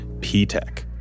P-TECH